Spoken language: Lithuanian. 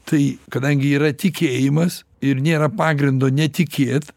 tai kadangi yra tikėjimas ir nėra pagrindo netikėt